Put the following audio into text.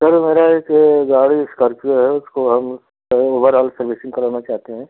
sir मेरी एक गाड़ी इस्कार्पियो है उसको हम कहीं ओवरआल सर्विसिंग कराना चाहते हैं